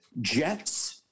Jets